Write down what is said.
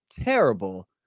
terrible